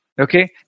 Okay